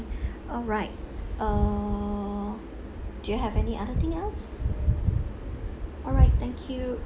alright uh do you have any other thing else alright thank you